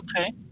Okay